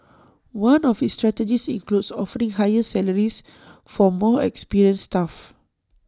one of its strategies includes offering higher salaries for more experienced staff